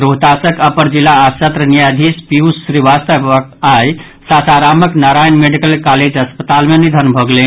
रोहतासक अपर जिला आ सत्र न्यायाधीश पीयूष श्रीवास्तवक आई सासारामक नारायण मेडिकल कॉलेज अस्पालत मे निधन भऽ गेलनि